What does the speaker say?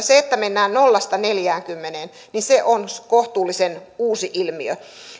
se että mennään nollasta neljäänkymmeneen on kohtuullisen uusi ilmiö